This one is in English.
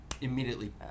immediately